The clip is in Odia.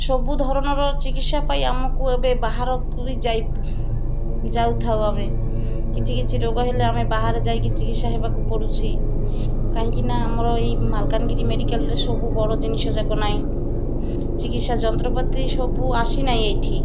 ସବୁଧରଣର ଚିକିତ୍ସା ପାଇ ଆମକୁ ଏବେ ବାହାରକୁ ବି ଯାଇ ଯାଉଥାଉ ଆମେ କିଛି କିଛି ରୋଗ ହେଲେ ଆମେ ବାହାରେ ଯାଇକି ଚିକିତ୍ସା ହେବାକୁ ପଡ଼ୁଛି କାହିଁକିନା ଆମର ଏଇ ମାଲକାନଗିରି ମେଡ଼ିକାଲରେ ସବୁ ବଡ଼ ଜିନିଷ ଯାକ ନାହିଁ ଚିକିତ୍ସା ଯନ୍ତ୍ରପାତି ସବୁ ଆସି ନାହିଁ ଏଇଠି